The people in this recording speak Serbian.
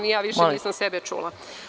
Ni ja više nisam sebe čula.